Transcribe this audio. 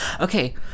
okay